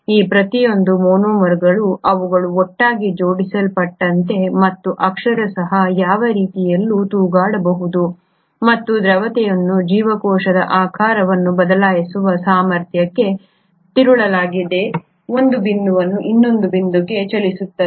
ಈ ಪ್ರತಿಯೊಂದು ಮಾನೋಮರ್ಗಳು ಅವುಗಳು ಒಟ್ಟಾಗಿ ಜೋಡಿಸಲ್ಪಟ್ಟಂತೆ ಮತ್ತು ಅಕ್ಷರಶಃ ಯಾವ ರೀತಿಯಲ್ಲಿಯೂ ತೂಗಾಡಬಹುದು ಮತ್ತು ದ್ರವತೆಯು ಜೀವಕೋಶದ ಆಕಾರವನ್ನು ಬದಲಾಯಿಸುವ ಸಾಮರ್ಥ್ಯಕ್ಕೆ ತಿರುಳಾಗಿದೆ ಒಂದು ಬಿಂದುವನ್ನು ಇನ್ನೊಂದಕ್ಕೆ ಚಲಿಸುತ್ತದೆ